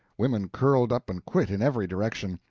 women curled up and quit in every direction,